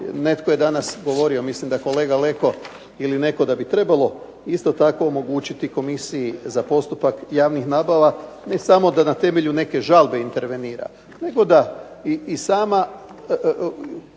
netko je danas govorio, mislim da kolega Leko ili netko, da bi trebalo isto tako omogućiti Komisiji za postupak javnih nabava ne samo da na temelju neke žalbe intervenira nego da i sama